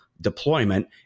deployment